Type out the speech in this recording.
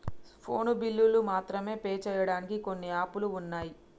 phone బిల్లులు మాత్రమే pay చెయ్యడానికి కొన్ని యాపులు వున్నయ్